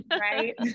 right